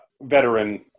veteran